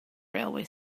railway